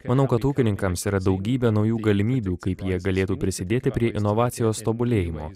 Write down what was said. manau kad ūkininkams yra daugybė naujų galimybių kaip jie galėtų prisidėti prie inovacijos tobulėjimo